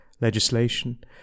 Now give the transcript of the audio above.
legislation